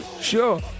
sure